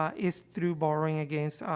um is through borrowing against, ah,